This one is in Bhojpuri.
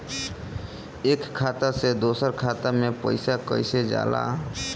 एक खाता से दूसर खाता मे पैसा कईसे जाला?